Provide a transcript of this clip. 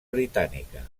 britànica